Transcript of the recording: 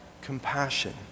compassion